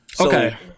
Okay